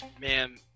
Man